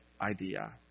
idea